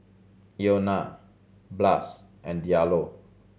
Ilona Blas and Diallo